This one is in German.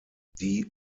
die